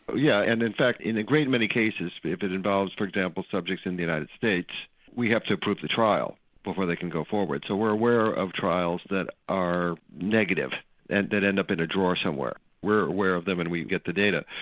yeah, and in fact in a great many cases if it involves for example subjects in the united states we have to approve the trial before they can go forward so we are aware of trials that are negative and that end up in a drawer somewhere, we are aware of them and we get the data.